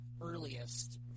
earliest